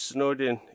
Snowden